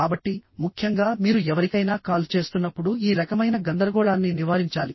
కాబట్టి ముఖ్యంగా మీరు ఎవరికైనా కాల్ చేస్తున్నప్పుడు ఈ రకమైన గందరగోళాన్ని నివారించాలి